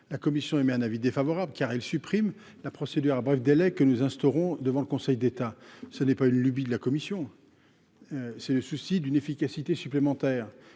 la commission émet un avis défavorable car elle supprime la procédure à bref délai que nous instaurons devant le Conseil d'État, ce n'est pas une lubie de la commission, c'est le souci d'une efficacité supplémentaire,